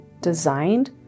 designed